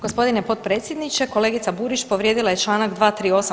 Gospodine potpredsjedniče kolegica Burić povrijedila je Članak 238.